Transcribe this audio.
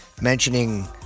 mentioning